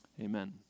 amen